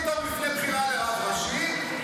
פתאום לפני בחירה לרב ראשי,